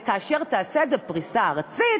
וכאשר תעשה את זה בפריסה ארצית,